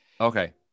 Okay